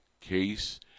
case